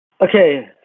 Okay